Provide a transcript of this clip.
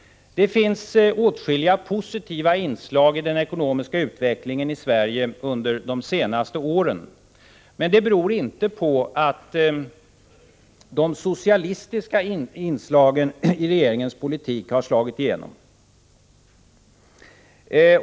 Det finns åtskilliga positiva inslag i den ekonomiska utvecklingen i Sverige under de senaste åren. Men det beror inte på att de socialistiska inslagen i regeringens politik har slagit igenom.